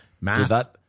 Mass